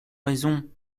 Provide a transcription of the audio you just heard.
raison